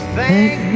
thank